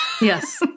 yes